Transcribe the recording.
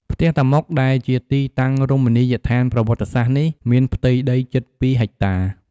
ផ្ទះតាម៉ុក ដែលជាទីតាំងរមនីយដ្ឋានប្រវត្តិសាស្ត្រនេះ មានផ្ទៃដីជិត ២ហិកតា។